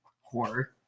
horror